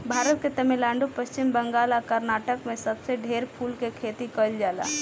भारत के तमिलनाडु, पश्चिम बंगाल आ कर्नाटक में सबसे ढेर फूल के खेती कईल जाला